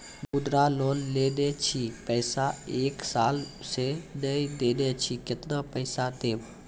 मुद्रा लोन लेने छी पैसा एक साल से ने देने छी केतना पैसा देब?